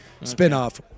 spinoff